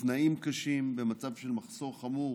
בתנאים קשים, במצב של מחסור חמור